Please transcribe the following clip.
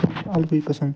الگٕے قسٕم